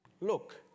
Look